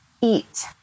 eat